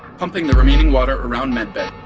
pumping the remaining water around med bay